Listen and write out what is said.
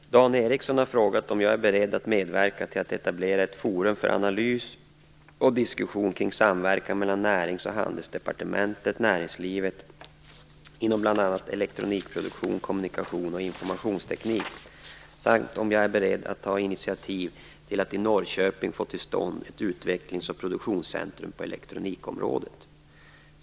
Fru talman! Dan Ericsson har frågat om jag är beredd att medverka till att etablera ett forum för analys och diskussion kring samverkan mellan Närings och handelsdepartementet och näringslivet inom bl.a. elektronikproduktion, kommunikation och informationsteknik, samt om jag är beredd att ta initiativ till att i Norrköping få till stånd ett utvecklings och produktionscentrum på elektronikområdet.